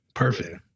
Perfect